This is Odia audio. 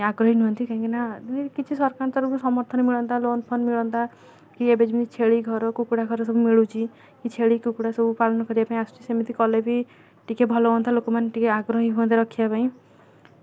ଆଗ୍ରହୀ ନୁହଁନ୍ତି କାହିଁକି ନା କିଛି ସରପଞ୍ଚରୁ ବି ସମର୍ଥନ ମିଳନ୍ତା ଲୋନ୍ ଫୋନ୍ ମିଳନ୍ତା କି ଏବେ ଯେମିତି ଛେଳି ଘର କୁକୁଡ଼ା ଘର ସବୁ ମିଳୁଛି କି ଛେଳି କୁକୁଡ଼ା ସବୁ ପାଳନ କରିବା ପାଇଁ ଆସୁଛି ସେମିତି କଲେ ବି ଟିକେ ଭଲ ହୁଅନ୍ତା ଲୋକମାନେ ଟିକେ ଆଗ୍ରହୀ ହୁଅନ୍ତେ ରଖିବା ପାଇଁ